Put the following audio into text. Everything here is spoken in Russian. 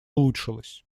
улучшилась